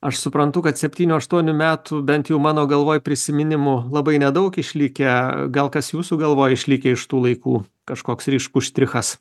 aš suprantu kad septynių aštuonių metų bent jau mano galvoj prisiminimų labai nedaug išlikę gal kas jūsų galvoj išlikę iš tų laikų kažkoks ryškus štrichas